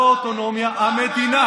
לא האוטונומיה, המדינה.